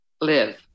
live